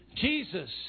Jesus